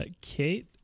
Kate